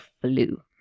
flu